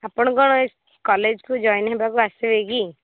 ଆପଣ କ'ଣ ଏ କଲେଜ୍କୁ ଜଏନ୍ ହେବାକୁ ଆସିବେ କି